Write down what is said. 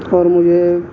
اور مجھے